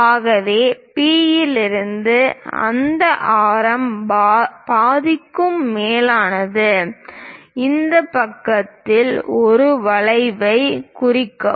ஆகவே P இலிருந்து அந்த ஆரம் பாதிக்கும் மேலானது இந்த பக்கத்தில் ஒரு வளைவைக் குறிக்கவும்